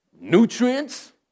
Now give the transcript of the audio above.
nutrients